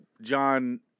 John